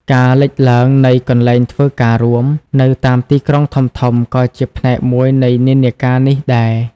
ការលេចឡើងនៃ កន្លែងធ្វើការរួម នៅតាមទីក្រុងធំៗ ក៏ជាផ្នែកមួយនៃនិន្នាការនេះដែរ។